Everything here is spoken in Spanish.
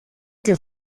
que